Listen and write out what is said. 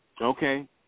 Okay